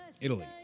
Italy